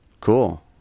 Cool